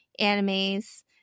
animes